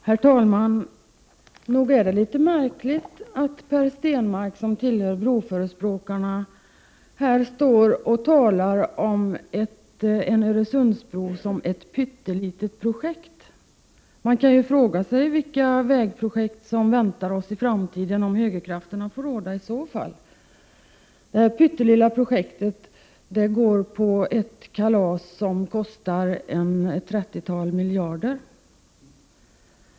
Herr talman! Nog är det litet märkligt att Per Stenmarck, som tillhör broförespråkarna, betecknar en Öresundsbro som ett pyttelitet projekt. Man kan fråga sig vilka vägprojekt som väntar oss i framtiden, om högerkrafterna får råda. Det här pyttelilla projektet är ett kalas som kostar ca 30 miljarder kronor.